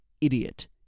idiot